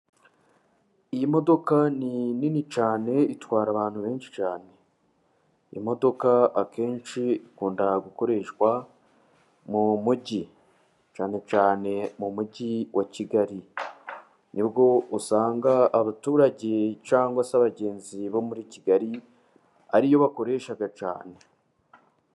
Iyi modoka ni nini cyane, itwara abantu benshi cyane, iyi modoka akenshi ikunda gukoreshwa mu mujyi cyane cyane mu mujyi wa kigali, nibwo usanga abaturage cyangwa se abagenzi bo muri kigali ari yo bakoresha cyane.